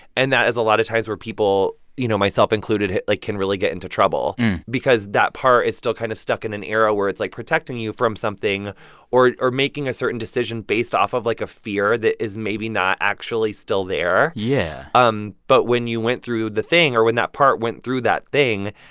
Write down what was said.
and that is, a lot of times, where people you know, myself included like, can really get into trouble because that part is still kind of stuck in an era where it's, like, protecting you from something or or making a certain decision based off of, like, a fear that is maybe not actually still there yeah um but when you went through the thing or when that part went through that thing,